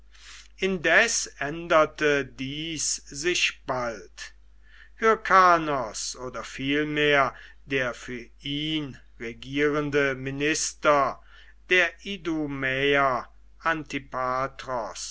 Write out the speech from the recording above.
indes änderte dies sich bald hyrkanos oder vielmehr der für ihn regierende minister der